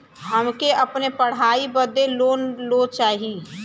हमके अपने पढ़ाई बदे लोन लो चाही?